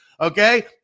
okay